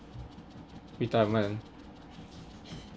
retirement